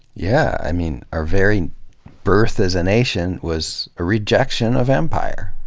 yeah, i mean, our very birth as a nation was a rejection of empire.